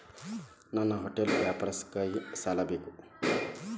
ನನ್ನ ಹೋಟೆಲ್ ವ್ಯಾಪಾರಕ್ಕಾಗಿ ಸಾಲ ಬೇಕು